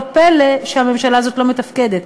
לא פלא שהממשלה הזאת לא מתפקדת.